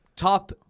Top